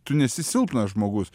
tu nesi silpnas žmogus